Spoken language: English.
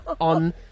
on